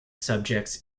subjects